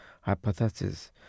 hypothesis